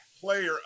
Player